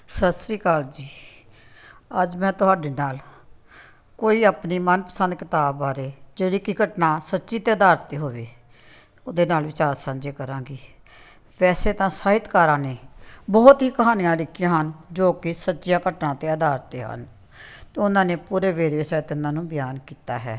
ਸਤਿ ਸ਼੍ਰੀ ਅਕਾਲ ਜੀ ਅੱਜ ਮੈਂ ਤੁਹਾਡੇ ਨਾਲ ਕੋਈ ਆਪਣੇ ਮਨਪਸੰਦ ਕਿਤਾਬ ਬਾਰੇ ਜਿਹੜੀ ਕਿ ਘਟਨਾ ਸੱਚੀ ਤੇ ਅਧਾਰ 'ਤੇ ਹੋਵੇ ਉਹਦੇ ਨਾਲ ਵਿਚਾਰ ਸਾਂਝੇ ਕਰਾਂਗੀ ਵੈਸੇ ਤਾਂ ਸਾਹਿਤਕਾਰਾਂ ਨੇ ਬਹੁਤ ਹੀ ਕਹਾਣੀਆਂ ਲਿਖੀਆਂ ਹਨ ਜੋ ਕਿ ਸੱਚੀਆਂ ਘਟਨਾ ਦੇ ਆਧਾਰ 'ਤੇ ਹਨ ਅਤੇ ਉਹਨਾਂ ਨੇ ਪੂਰੇ ਵੇਰਵੇ ਸਾਹਿਤ ਇਹਨਾਂ ਨੂੰ ਬਿਆਨ ਕੀਤਾ ਹੈ